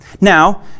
Now